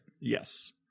Yes